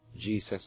Jesus